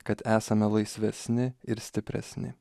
kad esame laisvesni ir stipresni